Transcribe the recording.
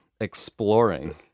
exploring